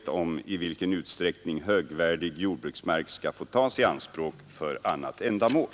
den fysiska om i vilken utsträckning högvärdig jordbruksmark skall få tas i anspråk = ”iksplaneringen för annat ändamål.